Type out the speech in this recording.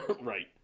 right